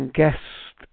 guest